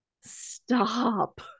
Stop